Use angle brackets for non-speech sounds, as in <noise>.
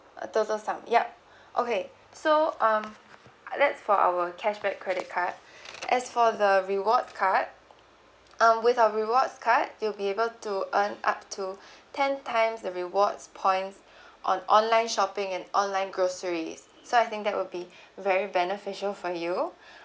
a total sum yup <breath> okay so um that's for our cashback credit card as for the reward card uh with our rewards card you'll be able to earn up to <breath> ten times the rewards points <breath> on online shopping and online groceries so I think that will be <breath> very beneficial for you <breath>